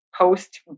post